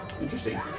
Interesting